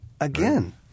Again